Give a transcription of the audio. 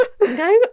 No